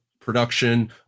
production